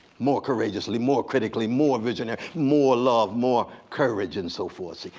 more courageously, more critically, more visionary, more love, more courage, and so forth,